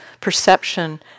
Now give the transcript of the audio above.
perception